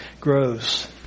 grows